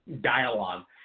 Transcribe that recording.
dialogue